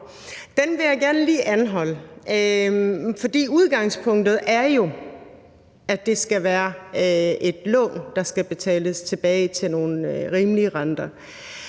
Det vil jeg gerne lige anholde, for udgangspunktet er jo, at det skal være et lån, der skal betales tilbage med nogle rimelige renter.